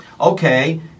Okay